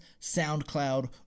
SoundCloud